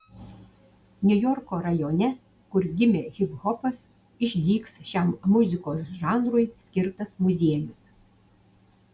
niujorko rajone kur gimė hiphopas išdygs šiam muzikos žanrui skirtas muziejus